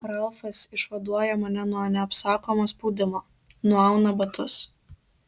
ralfas išvaduoja mane nuo neapsakomo spaudimo nuauna batus